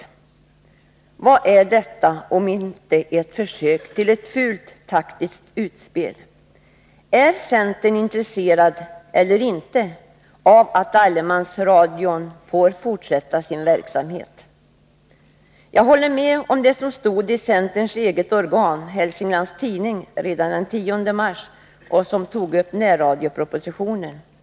or rskroARiA Vad är detta om inte ett försök till ett fult taktiskt utspel? Är centern Närradioverksamintresserad eller inte av att allemansradion får fortsätta sin verksamhet? Jag het håller med om det som stod i centerns eget organ, Hälsinglands Tidning, redan den 10 mars beträffande närradiopropositionen.